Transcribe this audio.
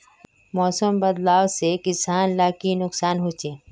मौसम बदलाव से किसान लाक की नुकसान होचे?